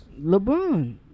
LeBron